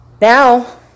Now